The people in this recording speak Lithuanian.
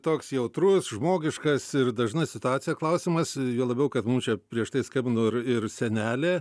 toks jautrus žmogiškas ir dažna situacija klausimas juo labiau kad mum čia prieš tai skambino ir ir senelė